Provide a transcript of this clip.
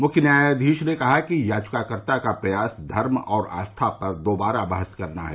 मुख्य न्यायाधीश ने कहा कि याचिकाकर्ता का प्रयास धर्म और आस्था पर दोबारा बहस करना है